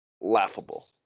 Laughable